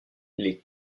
les